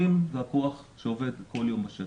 80 זה הכוח שעובד כל יום בשטח.